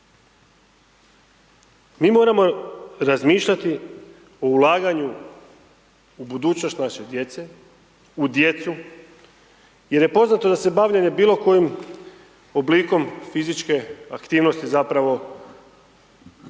Mi moramo razmišljati o ulaganju u budućnost naše djece, u djecu, jer je poznato da se bavljenje bilo kojim oblikom fizičke aktivnosti zapravo potiče